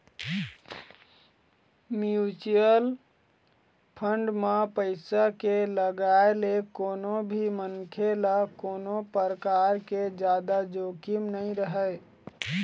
mutual fund म पइसा के लगाए ले कोनो भी मनखे ल कोनो परकार के जादा जोखिम नइ रहय